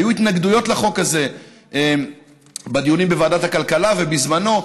היו התנגדויות לחוק הזה בדיונים בוועדת הכלכלה בזמנו,